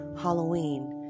Halloween